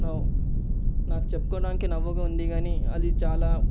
నాకు చెప్పుకోవడానికి నవ్వుగా ఉంది కానీ అది చాలా